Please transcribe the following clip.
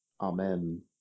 Amen